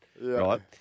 right